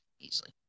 Easily